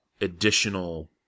additional